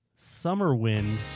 Summerwind